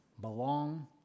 belong